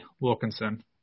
Wilkinson